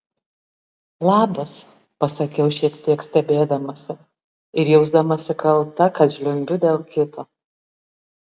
labas pasakiau šiek tiek stebėdamasi ir jausdamasi kalta kad žliumbiu dėl kito